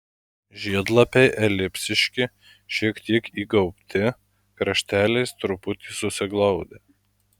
žiedlapiai elipsiški šiek tiek įgaubti krašteliais truputį susiglaudę